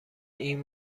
این